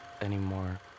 anymore